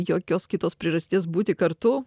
jokios kitos priežasties būti kartu